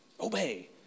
Obey